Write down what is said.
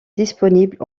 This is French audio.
disponibles